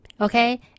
Okay